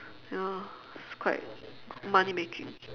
you know it's quite money making